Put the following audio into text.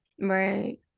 right